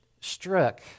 struck